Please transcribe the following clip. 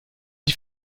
die